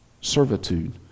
servitude